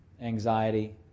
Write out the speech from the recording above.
anxiety